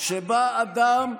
שבה אדם,